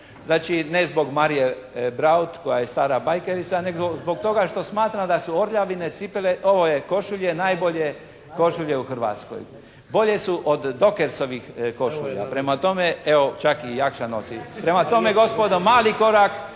Znači ne zbog Marije Braut koja je stara «bajkerica» nego zbog toga što smatram da su orljavine cipele, ove, košulje najbolje košulje u Hrvatskoj. Bolje su od «Dockersovih» košulja. … /Upadica se ne razumije./ … Prema tome, evo čak i Jakša nosi. Prema tome gospodo mali korak